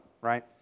right